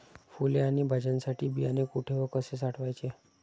फुले आणि भाज्यांसाठी बियाणे कुठे व कसे साठवायचे?